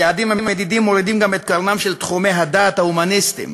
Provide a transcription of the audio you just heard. היעדים המדידים מורידים גם את קרנם של תחומי הדעת ההומניסטיים,